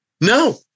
No